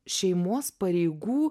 šeimos pareigų